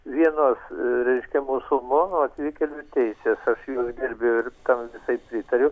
vienos reiškia musulmonų ir atvykėlių teisės aš juos gerbiu ir kam visai pritariu